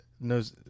knows